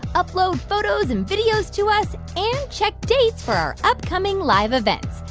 upload photos and videos to us and check dates for our upcoming live events.